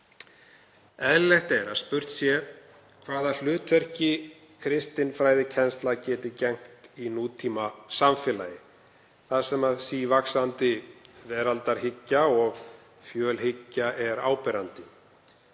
Eðlilegt er að spurt sé hvaða hlutverki kristinfræðikennsla geti gegnt í nútímasamfélagi, þar sem sívaxandi veraldarhyggja og fjölhyggja eru áberandi.